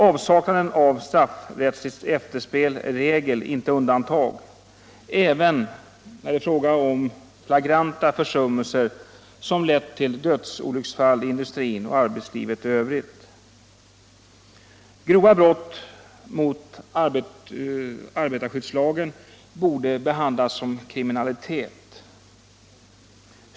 Avsaknaden av straffrätsligt efterspel är regel, inte undantag, även när det är fråga om flagranta försummelser som lett till dödsolycksfall i industrin och arbetslivet i övrigt. Grova brott mot arbetarskyddslagen borde behandlas som kriminalitet.